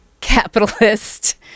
capitalist